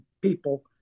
people